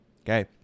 Okay